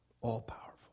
all-powerful